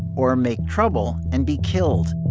or make trouble and be killed